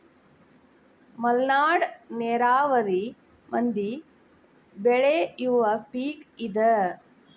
ಮಲ್ನಾಡ ನೇರಾವರಿ ಮಂದಿ ಬೆಳಿಯುವ ಪಿಕ್ ಇದ